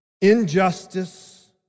injustice